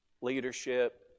leadership